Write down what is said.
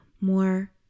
More